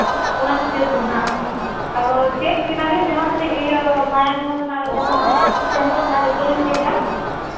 ᱚᱱᱟ ᱠᱷᱟᱹᱛᱤᱨ ᱛᱮ ᱱᱟᱜ ᱟᱫᱚ ᱪᱮᱠ ᱵᱮᱱᱟ ᱞᱤᱧ ᱡᱟᱦᱟᱸ ᱛᱤᱱᱟᱹᱜ ᱤᱭᱟᱹ ᱢᱟᱭᱟᱝ ᱨᱮᱱᱟᱜ ᱡᱟᱦᱟᱸ ᱛᱤᱱᱟᱹᱜ ᱥᱮᱢᱯᱮᱞ ᱢᱮᱱᱟᱜᱼᱟ ᱡᱚᱛᱚ ᱞᱤᱧ ᱪᱮᱠᱟ